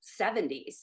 70s